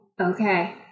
Okay